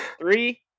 three